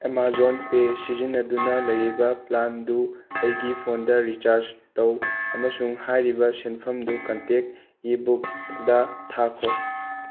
Amazon pay ꯁꯤꯖꯤꯟꯅꯗꯨꯅ ꯂꯩꯔꯤꯕ ꯄ꯭ꯂꯥꯟꯗꯨ ꯑꯩꯒꯤ ꯐꯣꯟꯗ ꯔꯤꯆꯥꯔꯖ ꯇꯧ ꯑꯃꯁꯨꯡ ꯍꯥꯏꯔꯤꯕ ꯁꯦꯟꯐꯝꯗꯨ ꯀꯟꯇꯦꯛ ꯏꯕꯣꯛꯗ ꯊꯥꯈꯣ